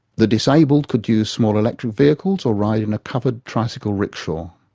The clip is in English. the disabled could use small electric vehicles, or ride in a covered tricycle rickshaw.